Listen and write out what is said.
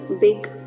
big